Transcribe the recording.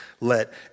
Let